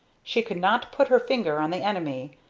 she could not put her finger on the enemy,